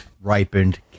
ripened